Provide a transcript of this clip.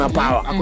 power